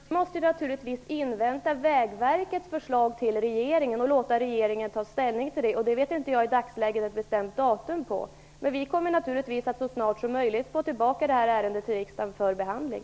Fru talman! Vi måste naturligtvis invänta Vägverkets förslag till regeringen och låta regeringen ta ställning till det. I dagsläget kan jag inte ange ett bestämt datum. Men vi kommer naturligtvis att så snart som möjligt få tillbaka ärendet till riksdagen för behandling.